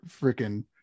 freaking